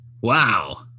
Wow